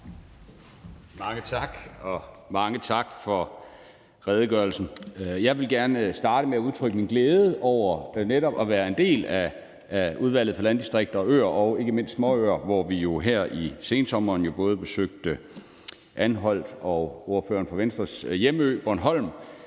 Mange tak, og mange tak for redegørelsen. Jeg vil gerne starte med at udtrykke min glæde over netop at være en del af Udvalget for Landdistrikter og Øer – og ikke mindst småøer. Vi besøgte jo her i sensommeren både Anholt og ordføreren fra Venstres hjemø, Bornholm.